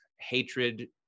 hatred